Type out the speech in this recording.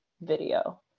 video